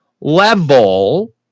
level